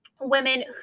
women